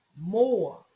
more